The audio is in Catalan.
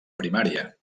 primària